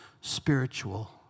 spiritual